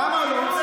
למה לא?